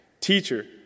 Teacher